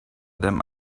them